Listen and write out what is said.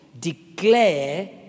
declare